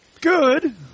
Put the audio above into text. Good